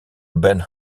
ben